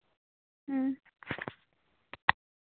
ᱦᱮᱸ